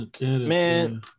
Man